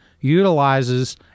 utilizes